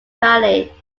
valley